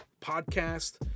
Podcast